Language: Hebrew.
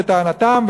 לטענתם,